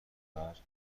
مولدتر